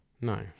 No